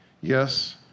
Yes